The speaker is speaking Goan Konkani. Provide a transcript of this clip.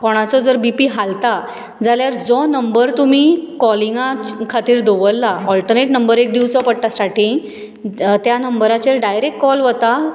कोणाचो जर बिपी हालता जाल्यार जो नंबर तुमी कॉलिंगा खातीर दवरला ऑलटनेट नंबर एक दिवचो पडटा स्टाटींग त्या नंबराचेर डायरॅक्ट कॉल वता